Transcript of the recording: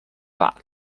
بعد